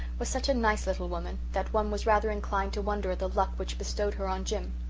was such a nice little woman that one was rather inclined to wonder at the luck which bestowed her on jim.